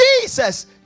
Jesus